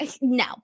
no